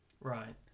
Right